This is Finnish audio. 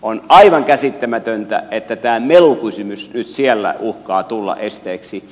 on aivan käsittämätöntä että tämä melukysymys nyt siellä uhkaa tulla esteeksi